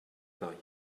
paris